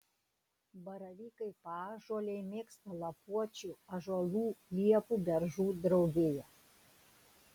baravykai paąžuoliai mėgsta lapuočių ąžuolų liepų beržų draugiją